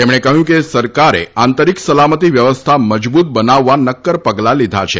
તેમણે કહ્ય કે સરકારે આંતરીક સલામતી વ્યવસ્થા મજબૂત બનાવવા નક્કર પગલા લીધા છે